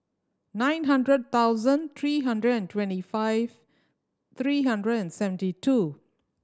nine hundred thousand three hundred and twenty five three hundred and seventy two